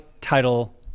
Title